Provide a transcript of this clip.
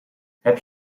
heb